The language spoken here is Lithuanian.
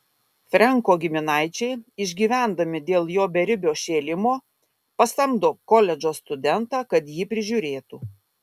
frenko giminaičiai išgyvendami dėl jo beribio šėlimo pasamdo koledžo studentą kad jį prižiūrėtų